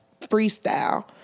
Freestyle